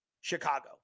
Chicago